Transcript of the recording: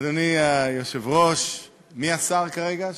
אדוני היושב-ראש, מי השר כרגע באולם?